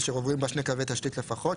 אשר עוברים בה שני קווי תשתית לפחות,